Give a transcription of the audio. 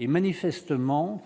et manifestement